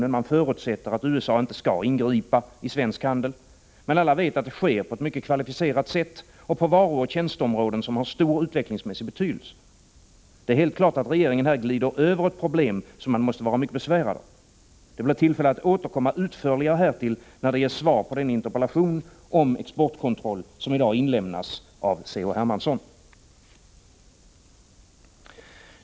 Regeringen förutsätter att USA inte skall ingripa i svensk handel. Men alla vet att det sker på ett mycket kvalificerat sätt och på varuoch tjänsteområden som har stor utvecklingsmässig betydelse. Det är helt klart att regeringen här glider över ett problem som man måste vara mycket besvärad av. Det blir tillfälle att återkomma utförligare härtill, när det ges svar på den interpellation om exportkontroll som i dag inlämnas av C.-H. Hermansson.